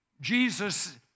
Jesus